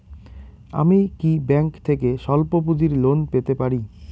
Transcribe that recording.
আমি কি ব্যাংক থেকে স্বল্প পুঁজির লোন পেতে পারি?